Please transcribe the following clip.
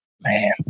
Man